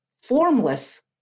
formless